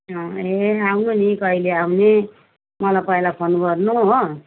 ए आउनु नि कहिले आउने मलाई पहिला फोन गर्नु हो